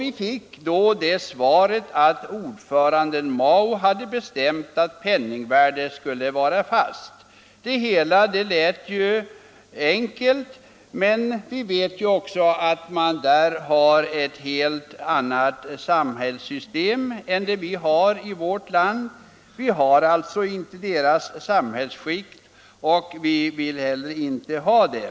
Vi fick svaret att ordföranden Mao hade bestämt att penningvärdet skulle vara fast. Det lät ju enkelt, men vi vet också att man där har ett helt annat samhällssystem än det vi har i vårt land. Vi har alltså inte kinesernas samhällsskick och vi vill heller inte ha det.